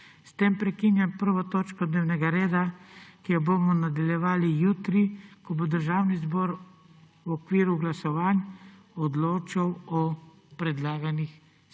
S tem prekinjam 1. točko dnevnega reda, ki jo bomo nadaljevali jutri, ko bo Državni zbor v okviru glasovanj odločal o predlaganih sklepih.